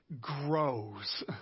grows